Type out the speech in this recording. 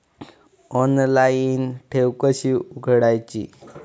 Online ठेव कशी उघडायची?